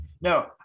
no